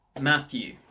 matthew